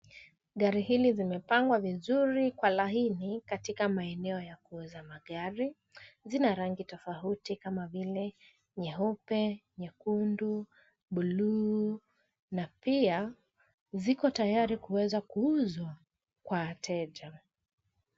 Gari hili zimepangwa vizuri kwa laini katika maeneo ya kuuza magari. Zina rangi tofauti kama vile nyeupe, nyekundu, bluu na pia ziko tayari kuweza kuuzwa kwa wateja.